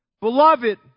Beloved